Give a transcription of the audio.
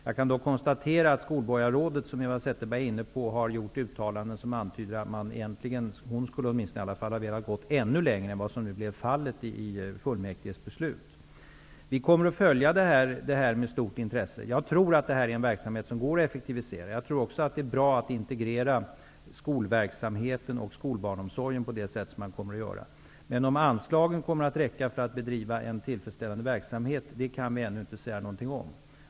Jag kan konstatera att skolborgarrådet har gjort uttalanden -- som också Eva Zetterberg var inne på -- som antydde att hon åtminstone skulle ha velat gå ännu längre än vad som nu blev fallet enligt fullmäktigebeslutet. Vi kommer att följa detta med stort intresse. Jag tror att detta är en verksamhet som går att effektivisera. Jag tror också att det är bra att integrera skolverksamheten och skolbarnomsorgen på det sätt som man nu kommer att göra. Om anslagen kommer att räcka till att bedriva en tillfredsställande verksamhet kan vi ännu inte säga någonting om.